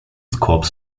corps